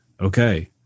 okay